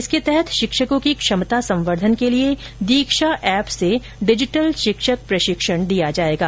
इसके तहत शिक्षकों की क्षमता संवर्द्वन के लिए दीक्षा एप से डिजिटल शिक्षक प्रशिक्षण दिया जाएगा